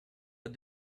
but